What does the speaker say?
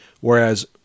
whereas